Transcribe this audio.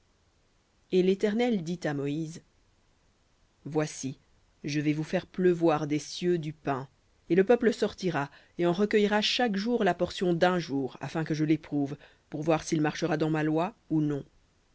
et l'éternel dit à moïse voici je vais vous faire pleuvoir des cieux du pain et le peuple sortira et en recueillera chaque jour la portion d'un jour afin que je l'éprouve s'il marchera dans ma loi ou non